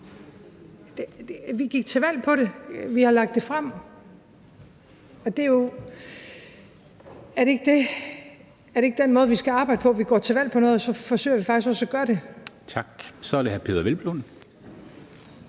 Vi gik til valg på det, og vi har lagt det frem – er det ikke den måde, vi skal arbejde på? Vi går til valg på noget, og så forsøger vi faktisk også at gøre det. Kl. 23:08 Formanden (Henrik